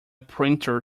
printer